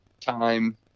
time